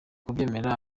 kubyemera